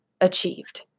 achieved